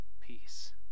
peace